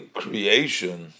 creation